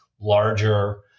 larger